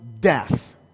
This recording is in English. death